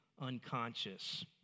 unconscious